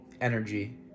energy